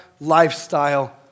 lifestyle